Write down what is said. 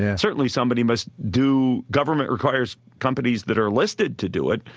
yeah certainly somebody must do government requires companies that are listed to do it,